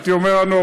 הייתי אומר הנוראה,